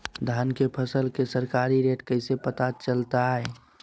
धान के फसल के सरकारी रेट कैसे पता चलताय?